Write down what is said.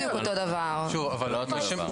שוב פעם,